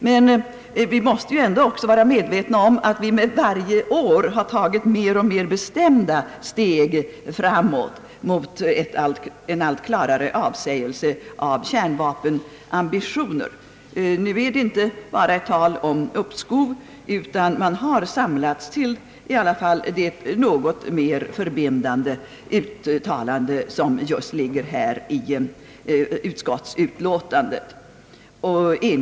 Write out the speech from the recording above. Men vi måste ju också vara medvetna om att vi med varje år har tagit mer och mer bestämda steg fram mot en allt klarare avsägelse av kärnvapenambitioner. Nu är det inte bara tal om uppskov, utan man har samlats kring det i alla fall mer förbindande uttalande som finns här i utskottsutlåtandet om att vår säkerhetspolitiska situation inte fordrar kärnvapen.